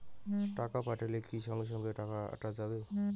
টাকা পাঠাইলে কি সঙ্গে সঙ্গে টাকাটা যাবে?